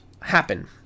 happen